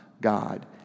God